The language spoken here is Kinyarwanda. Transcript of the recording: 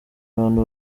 abantu